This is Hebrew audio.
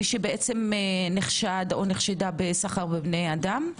מי שנחשד או נחשדה בסחר בבני אדם?